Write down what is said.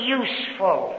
useful